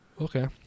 Okay